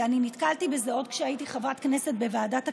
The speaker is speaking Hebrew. ואני נתקלתי בזה עוד כשהייתי חברת כנסת בוועדת הכספים,